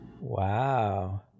Wow